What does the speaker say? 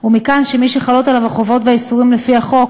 ומכאן שמי שחלים עליו החובות והאיסורים לפי החוק,